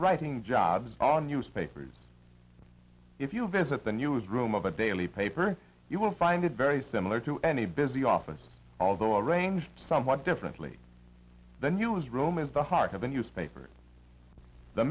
writing jobs on newspapers if you visit the news room of a daily paper you will find it very similar to any busy office although arranged somewhat differently the news room is the heart of the newspaper the